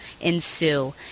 ensue